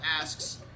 asks